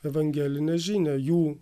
evangelinę žinią jų